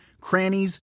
crannies